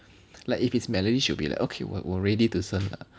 like if it's Melody she'll be like okay 我 ready to 生了